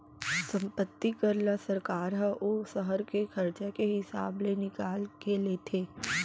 संपत्ति कर ल सरकार ह ओ सहर के खरचा के हिसाब ले निकाल के लेथे